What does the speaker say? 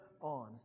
on